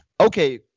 Okay